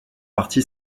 parti